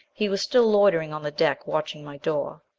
he was still loitering on the deck, watching my door.